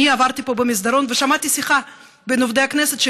עברתי כאן במסדרון ושמעתי שיחה בין עובדי הכנסת,